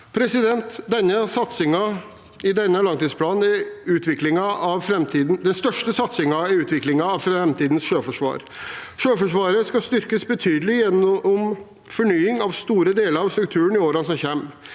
Norge og NATO. Satsingen i denne langtidsplanen er den største satsingen i utviklingen av framtidens sjøforsvar. Sjøforsva ret skal styrkes betydelig gjennom fornying av store deler av strukturen i årene som kommer.